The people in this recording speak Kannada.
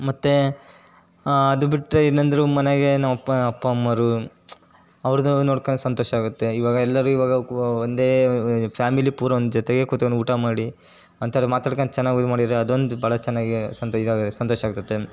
ಮತ್ತು ಅದು ಬಿಟ್ಟರೆ ಇನ್ನೊಂದು ಮನೆಗೆ ನಮ್ಮ ಅಪ್ಪ ಅಪ್ಪ ಅಮ್ಮೋರು ಅವ್ರದ್ದು ನೋಡ್ಕಂಡು ಸಂತೋಷ ಆಗುತ್ತೆ ಇವಾಗ ಎಲ್ಲರೂ ಇವಾಗ ಒಂದೇ ಫ್ಯಾಮಿಲಿ ಪೂರ ಒಂದು ಜೊತೆಗೇ ಕುತ್ಕಂಡು ಊಟ ಮಾಡಿ ಎಂಥಾದ್ರು ಮಾತಾಡ್ಕಂಡು ಚೆನ್ನಾಗಿ ಇದು ಮಾಡಿದರೆ ಅದೊಂದು ಭಾಳ ಚೆನ್ನಾಗಿ ಸಂತ್ ಇದ್ದಾಗ ಸಂತೋಷ ಆಗ್ತದೆ